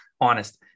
honest